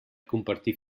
compartir